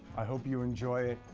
i hope you enjoy it.